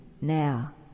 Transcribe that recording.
now